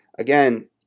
Again